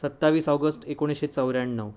सत्तावीस ऑगस्ट एकोणीसशे चौऱ्याण्णव